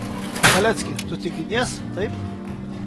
malecki tu tik ginies taip